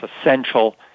essential